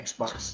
Xbox